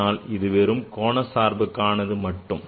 ஆனால் இது வெறும் கோண சார்புக்கானது மட்டுமே